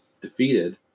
defeated